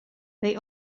they